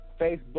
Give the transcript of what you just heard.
Facebook